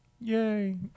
yay